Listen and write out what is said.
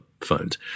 phones